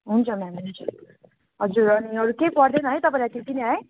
हुन्छ म्याम हुन्छ हजुर अनि अरू केही पर्दैन है तपाईँलाई त्यति नै है